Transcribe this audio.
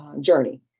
journey